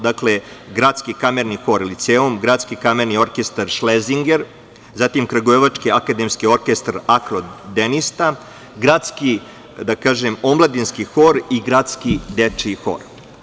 Dakle, Gradski kamerni hor „Liceum“, Gradski kamerni orkestar „Šlezinger“, zatim Kragujevački akademski orkestar „Akordeonista“, Gradski omladinski hor i Gradski dečiji hor.